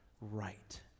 right